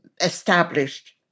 established